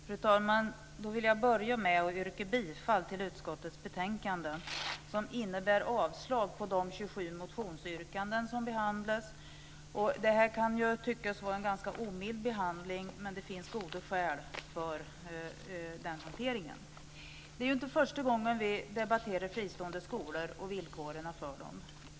Fru talman! Jag vill börja med att yrka bifall till utskottets hemställan, som innebär avslag på de 27 motionsyrkanden som behandlas. Det kan tyckas vara en omild behandling, men det finns goda skäl för den hanteringen. Det är inte första gången som vi debatterar fristående skolor och villkoren för dem.